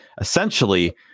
essentially